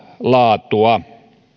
laatua